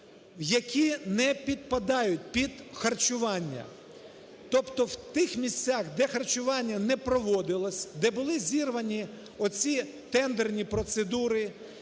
які не підпадають під харчування. Тобто в тих місцях, де харчування не проводилося, де були зірвані оці тендерні процедури,